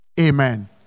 Amen